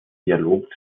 dialog